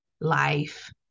life